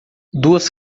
duas